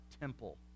temple